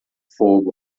fogo